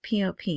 POP